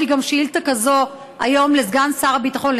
יש לי גם שאילתה כזו היום לסגן שר הביטחון,